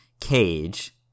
cage